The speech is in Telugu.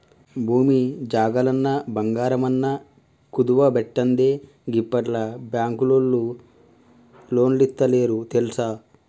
భూమి జాగలన్నా, బంగారమన్నా కుదువబెట్టందే గిప్పట్ల బాంకులోల్లు లోన్లిత్తలేరు తెల్సా